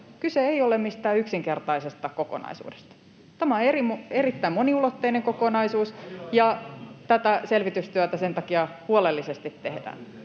kyse ei ole mistään yksinkertaisesta kokonaisuudesta. Tämä on erittäin moniulotteinen kokonaisuus, ja tätä selvitystyötä sen takia huolellisesti tehdään.